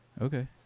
Okay